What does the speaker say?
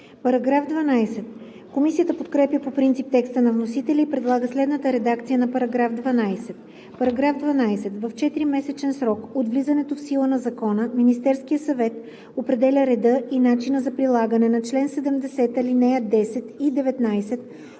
САВЕКЛИЕВА: Комисията подкрепя по принцип текста на вносителя и предлага следната редакция на § 12: „§ 12. В 4-месечен срок от влизането в сила на закона Министерският съвет определя реда и начина за прилагане на чл. 70, ал. 10 и 19